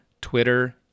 Twitter